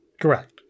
Correct